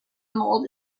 mould